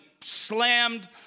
slammed